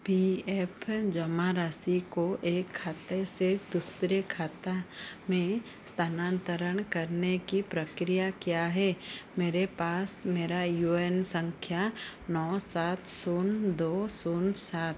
P F जमा राशि को एक खाते से दूसरे खाता में स्थानांतरण करने की प्रक्रिया क्या है मेरे पास मेरा यू ए न संख्या नौ सात शून्य दो शून्य सात